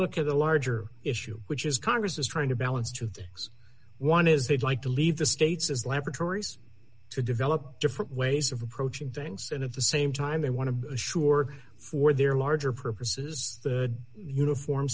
look at the larger issue which is congress is trying to balance two things one is they'd like to leave the states as laboratories to develop different ways of approaching things and of the same time they want to assure for their larger purposes the uniform